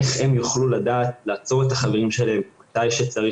איך הם יוכלו לדעת לעצור את החברים שלהם כשצריך,